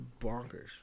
bonkers